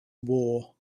war